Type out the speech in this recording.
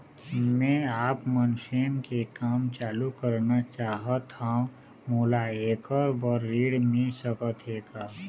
मैं आपमन स्वयं के काम चालू करना चाहत हाव, मोला ऐकर बर ऋण मिल सकत हे का?